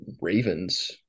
Ravens